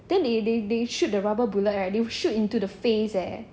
then they they they shoot the rubber bullet right they will shoot into the face eh